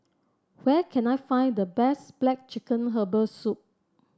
where can I find the best black chicken Herbal Soup